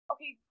Okay